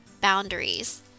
Boundaries